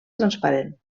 transparent